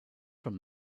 from